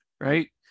right